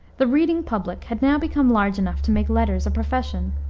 the reading public had now become large enough to make letters a profession.